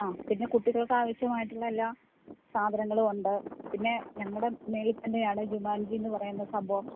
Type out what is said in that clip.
ആ പിന്നെ കുട്ടികള്ക്ക് ആവശ്യമായിട്ടുള്ള എല്ലാ സാധനങ്ങളും ഉണ്ട് പിന്നെ ഞങ്ങളുടെ മുകളിൽ തന്നെയാണ് ജുമാഞ്ചീന്ന് പറയുന്ന സംഭവം